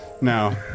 No